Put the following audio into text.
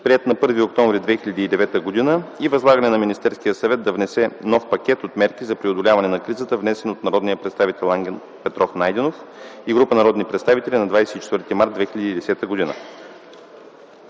приет на 1 октомври 2009 г. и възлагане на Министерския съвет да внесе нов пакет от мерки за преодоляване на кризата, внесен от народния представител Ангел Петров Найденов и група народни представители на 24.03.2010 г.